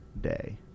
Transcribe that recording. day